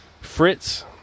Fritz